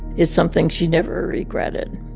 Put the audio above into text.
is something she never regretted.